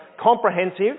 comprehensive